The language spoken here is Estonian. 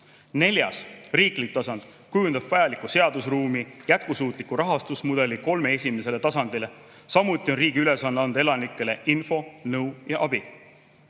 Neljas, riiklik tasand kujundab vajaliku seadusruumi, jätkusuutliku rahastusmudeli kolmele esimesele tasandile. Samuti on riigi ülesanne anda elanikele infot, nõu ja